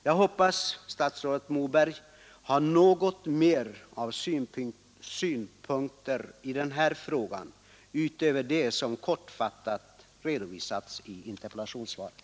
Jag hoppas statsrådet Moberg har några synpunkter i denna fråga utöver den som kortfattat redovisats i interpellationssvaret.